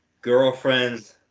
girlfriends